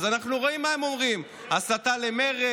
אנחנו רואים מה הם אומרים: הסתה למרד,